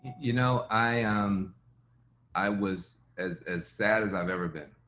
you know, i um i was as as sad as i've ever been.